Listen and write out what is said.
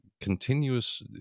continuous